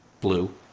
blue